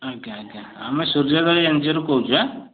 ଆଜ୍ଞା ଆଜ୍ଞା ଆମେ ସୂର୍ଯ୍ୟ ଭାଇ ଏନଜିଓରୁ କହୁଛି ଏଁ